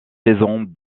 saison